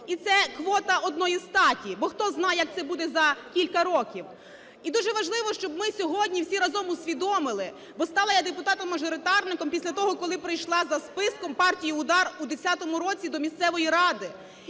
і це квота однієї статі, бо хто знає, як це буде за кілька років. І дуже важливо, щоб ми сьогодні всі разом усвідомили, бо стала я депутатом-мажоритарником після того, коли пройшла за списком партії "УДАР" у 10-му році до місцевої ради.